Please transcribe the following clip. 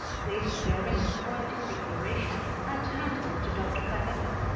placed therein the poetic declaration, and handed it to dr. pagello.